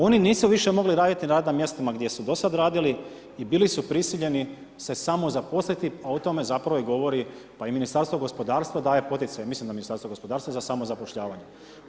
Oni više nisu mogli raditi na radnim mjestima gdje su do sada radili i bili su prisiljeni se samo zaposliti, a ot tome zapravo govori, pa i ministarstvo gospodarstva daje poticaj, mislim da Ministarstvo gospodarstva, za samozapošljavanje.